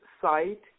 site